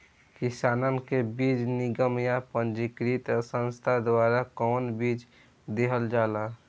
किसानन के बीज निगम या पंजीकृत संस्था द्वारा कवन बीज देहल जाला?